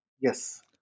Yes